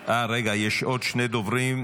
רגע, יש עוד שני דוברים.